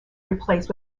replaced